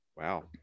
wow